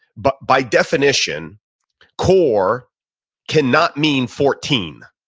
but by definition core cannot mean fourteen,